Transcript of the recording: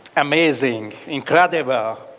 amazing. incredible.